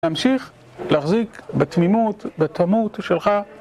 להמשיך להחזיק בתמימות, בתמות שלך